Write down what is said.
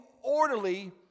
orderly